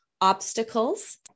obstacles